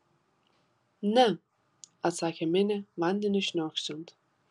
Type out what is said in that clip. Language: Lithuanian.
ne atsakė minė vandeniui šniokščiant